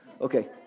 Okay